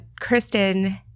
Kristen